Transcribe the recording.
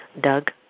Doug